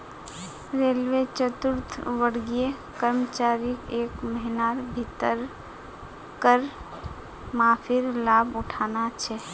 railway चतुर्थवर्गीय कर्मचारीक एक महिनार भीतर कर माफीर लाभ उठाना छ